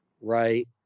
right